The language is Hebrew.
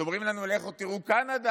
אומרים לנו: לכו תראו בקנדה.